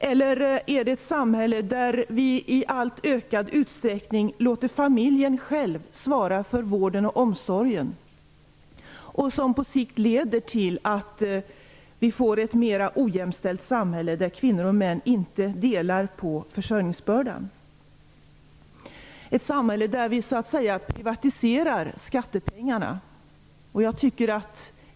Eller är det ett samhälle där vi i allt större utsträckning låter familjen själv svara för vården och omsorgen och som på sikt leder till att vi får ett mera ojämställt samhälle där kvinnor och män inte delar försörjningsbördan -- ett samhälle där vi så att säga privatiserar skattepengarna?